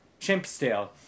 chimpsdale